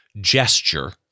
gesture